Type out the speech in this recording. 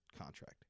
contract